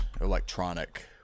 electronic